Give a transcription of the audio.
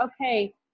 okay